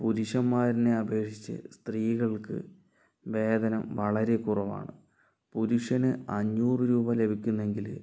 പുരുഷന്മാരിനെ അപേക്ഷിച്ച് സ്ത്രീകൾക്ക് വേതനം വളരെ കുറവാണ് പുരുഷന് അഞ്ഞൂറു രൂപ ലഭിക്കുന്നെങ്കിൽ